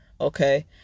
Okay